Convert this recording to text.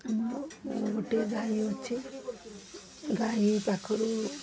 ଆମର ଗୋଟିଏ ଗାଈ ଅଛି ଗାଈ ପାଖରୁ